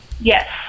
Yes